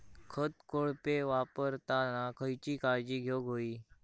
खत कोळपे वापरताना खयची काळजी घेऊक व्हयी?